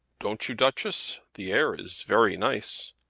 don't you, duchess? the air is very nice.